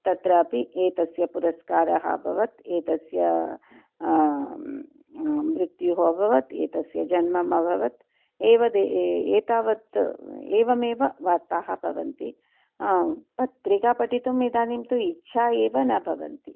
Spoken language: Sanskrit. तत्रापि एतस्य पुरस्कारः अभवत् एतस्य मृत्युः अभवत् एतस्य जन्मम् अभवत् एवद् एतावत् एवमेव वार्ताः भवन्ति पत्रिकां पठितुम् इदानीं तु इच्छा एव न भवति